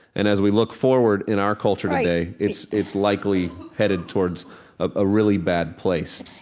and as we look forward in our culture today, it's it's likely headed towards a really bad place.